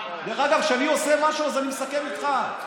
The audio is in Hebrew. דרך אגב, כשאני עושה משהו אז אני מסכם איתך.